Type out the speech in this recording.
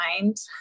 mind